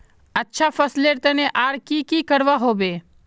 अच्छा फसलेर तने आर की की करवा होबे?